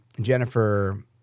Jennifer